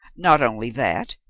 not only that,